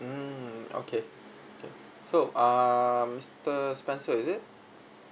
mm okay okay so uh mister spencer is it